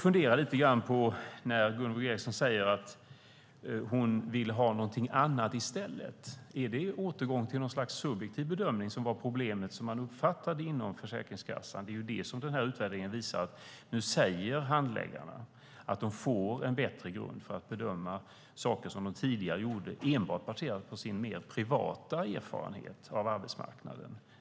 Gunvor G Ericson säger att hon vill ha något annat i stället. Är det en återgång till något slags subjektiv bedömning, som var det problem som man uppfattade inom Försäkringskassan? Utvärderingen visar att handläggarna säger att de får en bättre grund för att bedöma saker som de tidigare bedömde enbart baserat på sin mer privata erfarenhet av arbetsmarknaden.